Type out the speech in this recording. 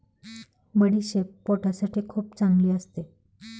बडीशेप पोटासाठी खूप चांगली असते